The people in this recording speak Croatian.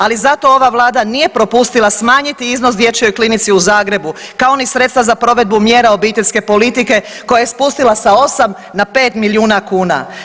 Ali zato ova Vlada nije propustila smanjiti iznos dječjoj klinici u Zagrebu kao ni sredstva za provedbu mjera obiteljske politike koje je spustila sa 8 na 5 milijuna kuna.